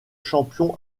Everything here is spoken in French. champion